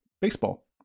baseball